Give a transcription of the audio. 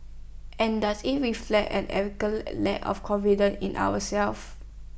and does IT reflect an lack of confidence in ourselves